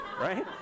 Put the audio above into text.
right